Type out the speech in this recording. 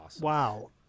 wow